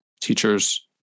teachers